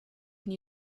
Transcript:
can